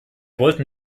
wollten